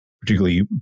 particularly